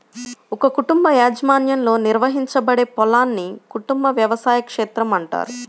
ఒక కుటుంబ యాజమాన్యంలో నిర్వహించబడే పొలాన్ని కుటుంబ వ్యవసాయ క్షేత్రం అంటారు